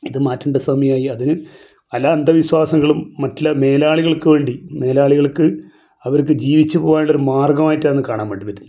ഇത് മാറ്റേണ്ട സമയമായി അതിന് പല അന്ധവിശ്വാസങ്ങളും മറ്റുള്ള മേലാളികൾക്ക് വേണ്ടി മേലാളികൾക്ക് അവർക്ക് ജീവിച്ചു പോകാനുള്ള ഒരു മാർഗ്ഗമായിട്ടാണ് കാണാൻ വേണ്ടി പറ്റല്